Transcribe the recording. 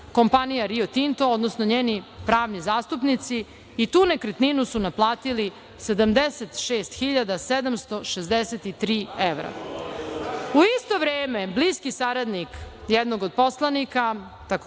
kompanija Rio Tinto, odnosno njeni pravni zastupnici i tu nekretninu su naplatili 76.763 evra.U isto vreme bliski saradnik jednog od poslanika,